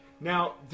Now